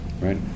right